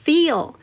Feel